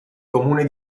comune